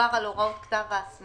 כשמדובר על הוראות כתב ההסמכה.